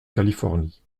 californie